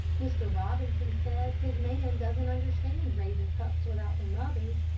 mr. robinson says his man doesn't understand raising pups without their mothers,